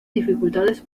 dificultades